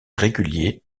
régulier